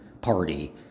Party